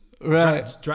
Right